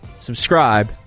subscribe